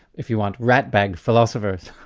if you want, ratbag philosophers,